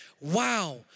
Wow